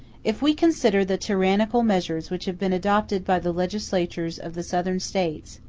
if we consider the tyrannical measures which have been adopted by the legislatures of the southern states,